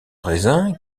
raisin